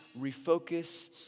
refocus